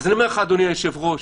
אדוני היושב-ראש,